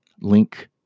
link